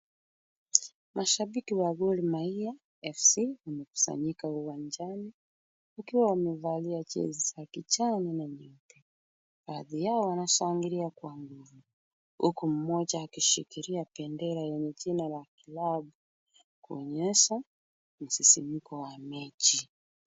Mashabiki wa Gor mahia FC wamekusanyika uwanjani. Wakiwa wamwevalia jezi za kijani na nyeupe . Baadhi ya wanashangilia kwa nguvu. Huku mmoja akishikilia bendera ya mitina la klabu kuonyesha msisimko wa mechi.